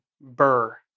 Burr